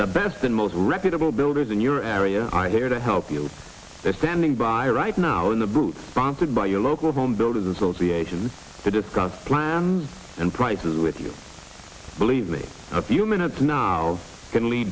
the best and most reputable builders in your area are there to help you they're standing by right now in the booth sponsored by your local home builders association to discuss plans and prices with you believe me a few minutes now can